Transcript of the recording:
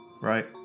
right